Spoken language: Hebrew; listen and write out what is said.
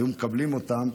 והיו מקבלים אותם,